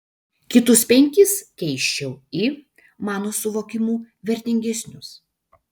kitus penkis keisčiau į mano suvokimu vertingesnius